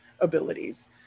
abilities